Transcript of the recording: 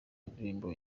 indirimbo